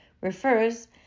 refers